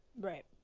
Right